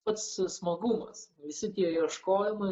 pats smagumas visi tie ieškojimai